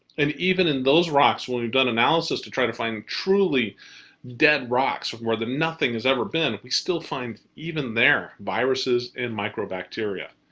and even in those rocks when we've done analyses to try to find truly dead rocks where nothing's ever been, we still find, even there, viruses and microbacteria.